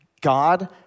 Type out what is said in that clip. God